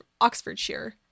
Oxfordshire